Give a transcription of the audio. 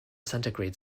centigrade